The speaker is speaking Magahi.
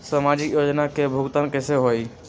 समाजिक योजना के भुगतान कैसे होई?